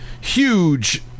huge